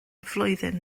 flwyddyn